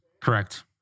Correct